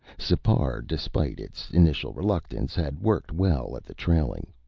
sipar, despite its initial reluctance, had worked well at the trailing.